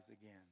again